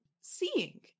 seeing